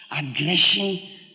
aggression